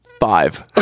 Five